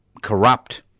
corrupt